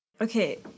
Okay